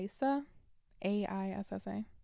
A-I-S-S-A